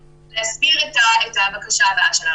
להסביר את הבקשה הבאה שלנו.